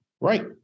Right